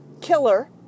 killer